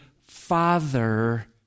father